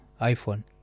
iPhone